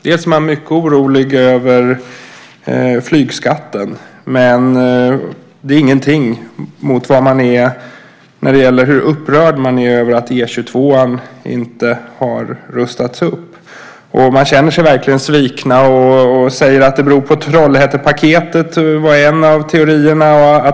Man är mycket orolig över flygskatten, men det är ingenting mot hur upprörd man är över att E 22 inte har rustats upp. Man känner sig verkligen sviken och säger att det beror på Trollhättepaketet. Det var en av teorierna.